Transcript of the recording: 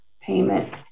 payment